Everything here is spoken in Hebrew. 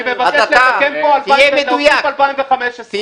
אדוני, אני מבקש להוסיף 2015. לא ייתכן.